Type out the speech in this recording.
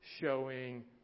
showing